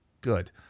good